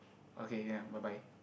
okay can bye bye